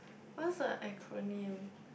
what's a acronym